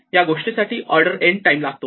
या गोष्टी साठी ऑर्डर n टाईम लागतो